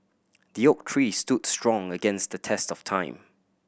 the oak tree stood strong against the test of time